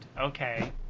Okay